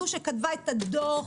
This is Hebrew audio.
זו כתבה את הדוח,